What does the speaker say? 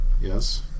Yes